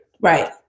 Right